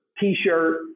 T-shirt